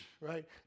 right